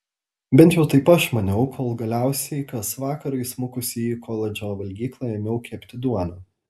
bent jau taip aš maniau kol galiausiai kas vakarą įsmukusi į koledžo valgyklą ėmiau kepti duoną